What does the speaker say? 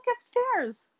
upstairs